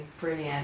brilliant